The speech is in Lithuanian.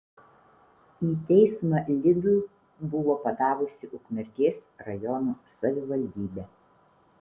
į teismą lidl buvo padavusi ukmergės rajono savivaldybė